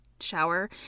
shower